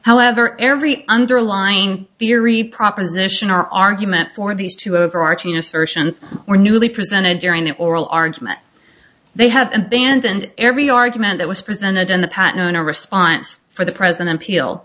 however every underlying theory proposition our argument for these two overarching assertions or newly presented during oral argument they have abandoned every argument that was presented in the patent owner response for the present appeal